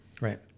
Right